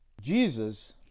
Jesus